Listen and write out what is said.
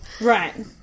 Right